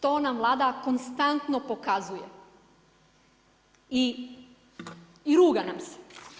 To nam Vlada konstantno pokazuje i ruga nam se.